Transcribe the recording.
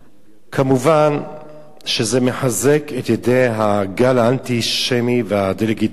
כמובן שזה מחזק את ידי הגל האנטישמי והדה-לגיטימציה